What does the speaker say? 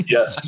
Yes